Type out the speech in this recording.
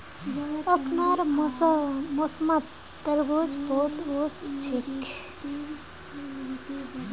अखनार मौसमत तरबूज बहुत वोस छेक